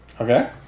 Okay